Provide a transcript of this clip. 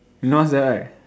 you know what's that right